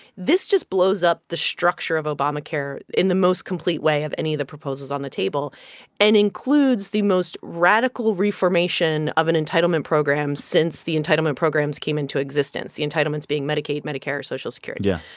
this just blows up the structure of obamacare in the most complete way of any of the proposals on the table and includes the most radical reformation of an entitlement program since the entitlement programs came into existence the entitlements being medicaid, medicare, social security. yeah.